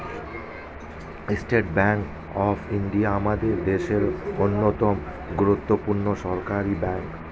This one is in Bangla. স্টেট ব্যাঙ্ক অফ ইন্ডিয়া আমাদের দেশের অন্যতম গুরুত্বপূর্ণ সরকারি ব্যাঙ্ক